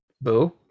Boo